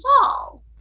fall